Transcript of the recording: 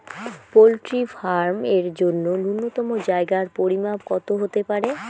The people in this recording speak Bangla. পোল্ট্রি ফার্ম এর জন্য নূন্যতম জায়গার পরিমাপ কত হতে পারে?